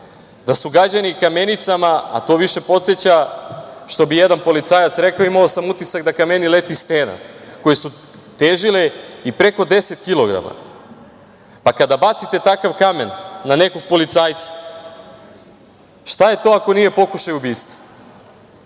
da su gađani kamenicama, a to više podseća, što bi jedan policajac rekao - imao sam utisak da ka meni leti stena, koje su težile i preko deset kilograma. Kada bacite takav kamen na nekog policajca, šta je to ako nije pokušaj ubistva?